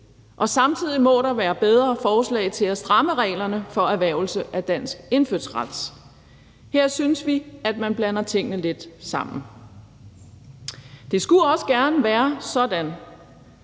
Og samtidig må der være bedre forslag til at stramme reglerne for erhvervelse af dansk indfødsret. Her synes vi, at man blander tingene lidt sammen. Det skulle også gerne være sådan,